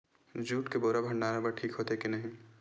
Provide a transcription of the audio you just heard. Jute के बोरा भंडारण बर ठीक होथे के नहीं?